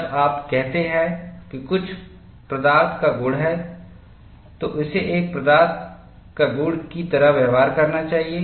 जब आप कहते हैं कि कुछ प्रदार्थ का गुण है तो इसे एक प्रदार्थ का गुण की तरह व्यवहार करना चाहिए